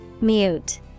Mute